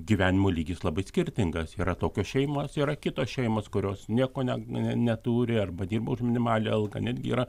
gyvenimo lygis labai skirtingas yra tokios šeimos yra kitos šeimos kurios nieko net neneturi arba dirba už minimalią algą netgi yra